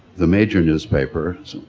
the major newspapers,